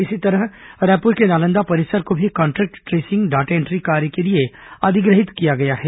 इसी तरह रायपुर के नालंदा परिसर को भी कॉन्ट्रेक्ट ट्रेसिंग डाटा एन्ट्री कार्य के लिए अधिग्रहित किया गया है